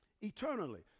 Eternally